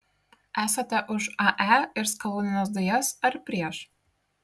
esate už ae ir skalūnines dujas ar prieš